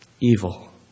Evil